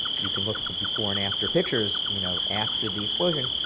you can look at the before and after pictures you know after the explosion.